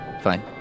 Fine